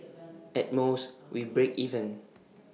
at most we break even